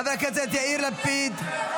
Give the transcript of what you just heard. חבר הכנסת יאיר לפיד,